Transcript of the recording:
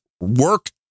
work